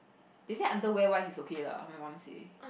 they say underwear wise is okay lah my mum say